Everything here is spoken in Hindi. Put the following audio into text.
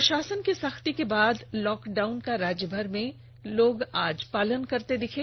प्रषासन की सख्ती के बाद लॉकडाउन का राज्यभर में लोग आज पालन करते हुए दिखे